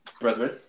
brethren